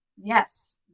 yes